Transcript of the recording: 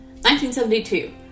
1972